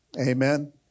Amen